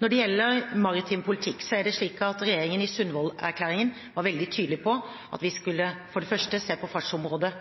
Når det gjelder maritim politikk, er det slik at regjeringen i Sundvolden-erklæringen var veldig tydelig på at vi, for det første, skulle se på